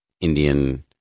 Indian